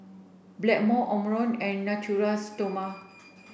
Blackmore Omron and Natura Stoma